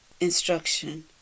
instruction